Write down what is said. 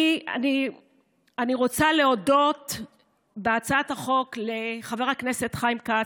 אני רוצה להודות בהצעת החוק לחבר הכנסת חיים כץ,